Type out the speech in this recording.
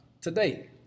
Today